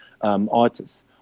artists